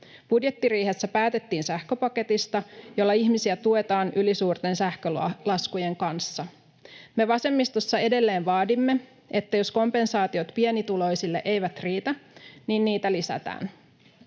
Budjettiriihessä päätettiin sähköpaketista, jolla ihmisiä tuetaan ylisuurten sähkölaskujen kanssa. Me vasemmistossa edelleen vaadimme, että jos kompensaatiot pienituloisille eivät riitä, niitä lisätään.